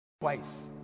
twice